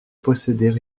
posséder